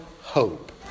hope